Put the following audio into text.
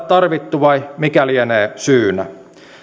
tarvittu vai mikä lienee syynä